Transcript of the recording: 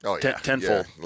tenfold